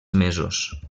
mesos